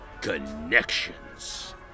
Connections